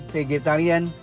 Vegetarian